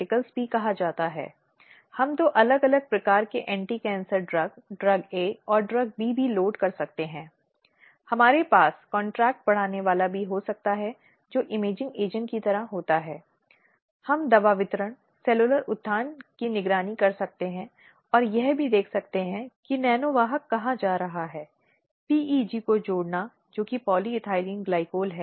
slide समय देखें 2435 और इसलिए कुछ निश्चित क्या करें और क्या नहीं करें होते हैं जिनका उन्हें पालन करना होता है अब इस संबंध में कोई भी वास्तव में उस पुस्तिका को देख सकता है जिसे महिला और बाल विकास मंत्रालय द्वारा तैयार किया गया है जो एक बहुत ही विस्तृत दस्तावेज है